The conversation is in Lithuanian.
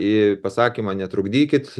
į pasakymą netrukdykit